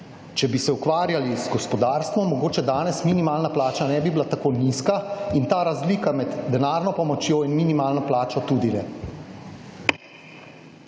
Če bi se ukvarjali z gospodarstvom, mogoče danes minimalna plača ne bi bila tako nizka in ta razlika med denarno pomočjo in minimalno plačo tudi ne.